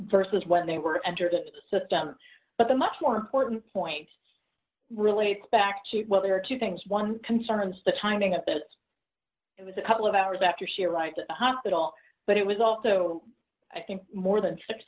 versus when they were under the system but the much more important point relates back to well there are two things one concerns the timing of this it was a couple of hours after she arrived at the hospital but it was also i think more than six